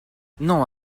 non